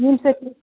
ییٚمہِ سۭتۍ